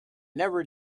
never